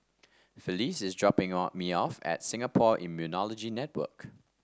Felice is dropping or me off at Singapore Immunology Network